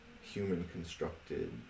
human-constructed